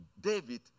David